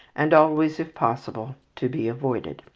and always if possible to be avoided.